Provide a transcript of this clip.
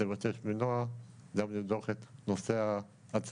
לבקש מנעה גם לבדוק את נושא ההצמדה,